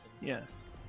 Yes